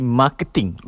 marketing